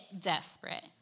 Desperate